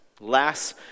Last